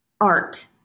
art